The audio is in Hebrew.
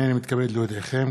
הנני מתכבד להודיעכם,